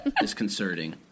disconcerting